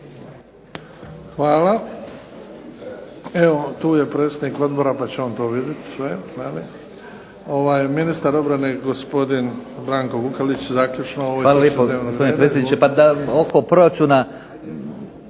(HDZ)** Evo tu je predsjednik Odbora pa će on to vidjeti sve. Ministar obrane gospodin Branko Vukelić zaključno. **Vukelić, Branko (HDZ)** Hvala lijepo gospodine predsjedniče.